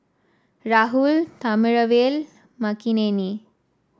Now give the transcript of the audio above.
Rahul Thamizhavel Makineni